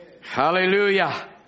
hallelujah